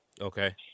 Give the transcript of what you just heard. Okay